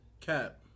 Cap